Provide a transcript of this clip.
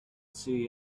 see